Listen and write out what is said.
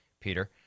peter